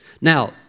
Now